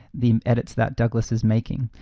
the edits that douglas is making.